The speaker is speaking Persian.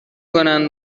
کنند